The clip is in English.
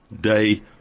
day